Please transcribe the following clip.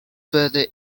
further